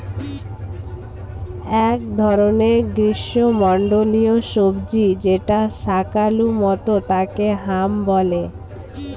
এক ধরনের গ্রীষ্মমন্ডলীয় সবজি যেটা শাকালু মতো তাকে হাম বলে